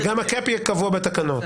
גם ה-קאפ יהיה קבוע בתקנות.